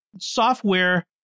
software